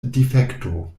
difekto